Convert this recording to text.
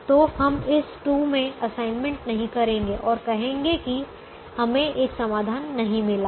तो हम इस 2 में असाइनमेंट नहीं करेंगे और कहेंगे कि हमें एक समाधान नहीं मिला है